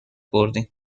بردیم